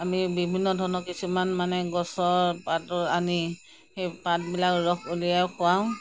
আমি বিভিন্ন ধৰণৰ কিছুমান মানে গছৰ পাত আনি সেই পাতবিলাক ৰস উলিয়াই খুৱাওঁ